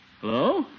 Hello